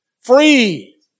Free